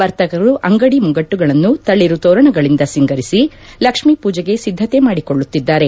ವರ್ತಕರು ಅಂಗಡಿ ಮುಂಗಟ್ಟುಗಳನ್ನು ತಳಿರು ತೋರಣಗಳಿಂದ ಸಿಂಗರಿಸಿ ಲಕ್ಷ್ಮೀ ಪೂಜೆಗೆ ಸಿದ್ದತೆ ಮಾದಿಕೊಳ್ಳುತ್ತಿದ್ದಾರೆ